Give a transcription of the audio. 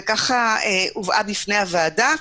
וכך הובאה בפני הוועדה.